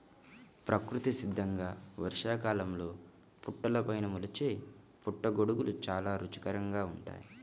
ప్రకృతి సిద్ధంగా వర్షాకాలంలో పుట్టలపైన మొలిచే పుట్టగొడుగులు చాలా రుచికరంగా ఉంటాయి